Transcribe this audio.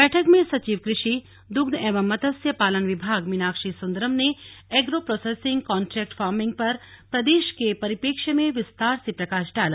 बैठक में सचिव कृषि दुग्ध एवं मत्स्य पालन विभाग मीनाक्षी सुन्दरम ने ऐग्रो प्रोसेसिंग कान्ट्रेक्ट फार्मिंग पर प्रदेश के परिपेक्ष्य में विस्तार से प्रकाश डाला